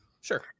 Sure